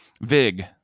Vig